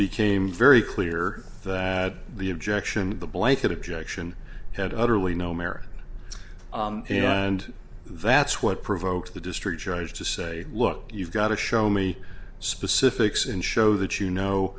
became very clear that the objection to the blanket objection had utterly no merit and that's what provoked the district judge to say look you've got to show me specifics and show that you know